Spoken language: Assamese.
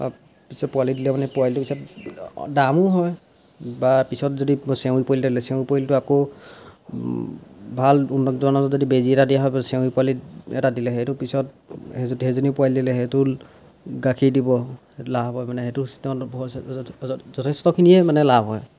আৰু পিছত পোৱালি দিলে মানে পোৱালিটো পিছত দামো হয় বা পিছত যদি চেউৰী পোৱালি এটা দিলে চেউৰী পোৱালিটো আকৌ ভাল উন্নত যদি বেজি এটা দিয়া হয় চেউৰী পোৱালি এটা দিলে সেইটো পিছত সেইজনীও পোৱালি দিলে সেইটোও গাখীৰ দিব লাভ হয় মানে সেইটো যথেষ্টখিনিয়ে মানে লাভ হয়